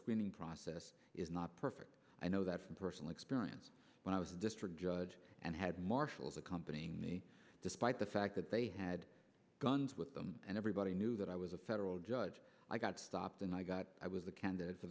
screening process is not perfect i know that from personal experience when i was district judge and had marshals accompanying me despite the fact that they had guns with them and everybody knew that i was a federal judge i got stopped and i got i was a can